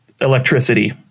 electricity